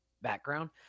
background